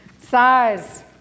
size